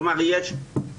כלומר, יש דיסוציאציה,